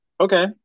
Okay